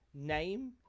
name